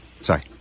Sorry